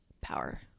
power